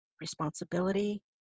responsibility